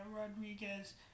Rodriguez